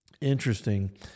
interesting